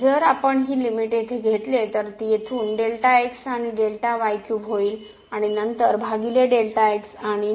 जर आपण ही लिमिट येथे घेतले तर ती येथून Δx आणि क्यूब होईल आणि नंतर भागिले आणि